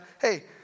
Hey